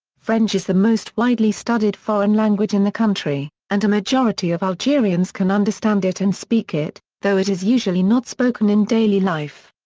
french is the most widely studied foreign language in the country, and a majority of algerians can understand it and speak it, though it is usually not spoken in daily life.